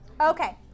Okay